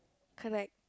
correct